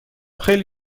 خیلی